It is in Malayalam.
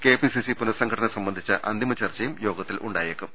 കെപിസിസി പുനസംഘടന സംബന്ധിച്ച അന്തിമ ചർച്ചയും യോഗ ത്തിൽ ഉണ്ടായേക്കും